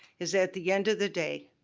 is at the end of the day,